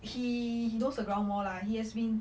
he knows the ground more lah he has been